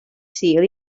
sul